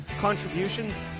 Contributions